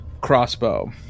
crossbow